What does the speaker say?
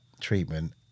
treatment